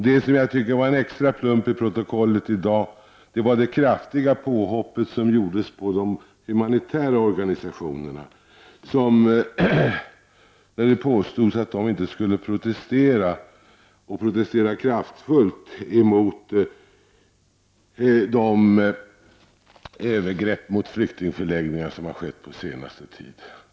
Det som var en extra plump i protokollet i dag var det kraftiga påhopp som gjordes på de humanitära organisationerna, när det påstods att de inte skulle protestera kraftfullt mot de övergrepp mot flyktingförläggningar som har skett på senaste tiden.